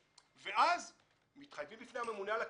ואז מתחייבים בפני הממונה על הקרינה,